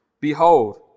Behold